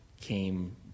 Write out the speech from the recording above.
came